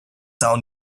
down